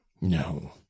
no